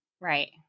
Right